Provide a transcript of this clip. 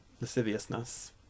lasciviousness